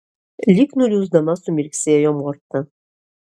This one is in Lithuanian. lyg nuliūsdama sumirksėjo morta